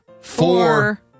Four